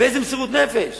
באיזו מסירות נפש